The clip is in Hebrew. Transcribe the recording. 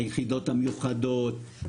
היחידות המיוחדות,